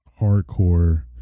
hardcore